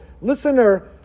Listener